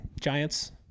Giants